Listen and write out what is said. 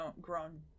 grown